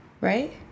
right